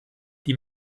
die